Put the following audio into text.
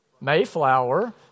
Mayflower